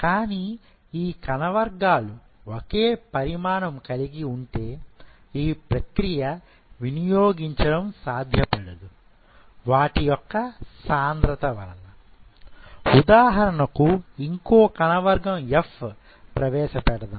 కానీ ఈ కణ వర్గాలు ఒకే పరిమాణం కలిగి ఉంటే ఈ ప్రక్రియ వినియోగించడం సాధ్యపడదు వాటి యొక్క సాంద్రత వలన ఉదాహరణకు ఇంకో కణ వర్గం F ప్రవేశపెడదాం